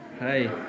Hi